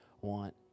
want